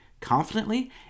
confidently